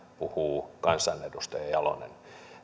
puhuu kansanedustaja jalonen